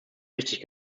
richtig